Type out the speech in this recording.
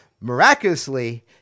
miraculously